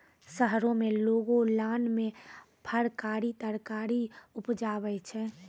शहरो में लोगों लान मे फरकारी तरकारी उपजाबै छै